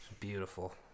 beautiful